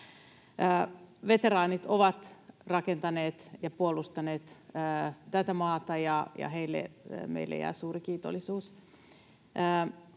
Veteraanit ovat rakentaneet ja puolustaneet tätä maata, ja heille meiltä jää suuri kiitollisuus.